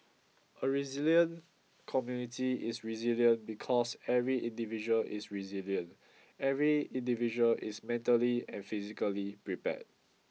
a resilient community is resilient because every individual is resilient every individual is mentally and physically prepared